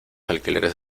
alquileres